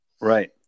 Right